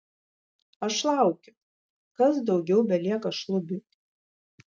aš laukiu kas daugiau belieka šlubiui